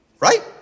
Right